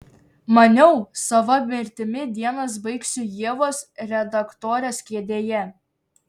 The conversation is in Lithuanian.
maniau sava mirtimi dienas baigsiu ievos redaktorės kėdėje